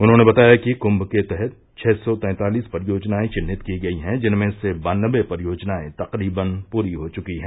उन्होंने बताया कि क्म के तहत छह सौ तैंतालीस परियोजनाए विन्हित की गई हैं जिनमें से बानबे परियोजनाए तकरीबन पूरी हो चुकी हैं